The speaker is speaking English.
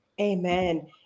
Amen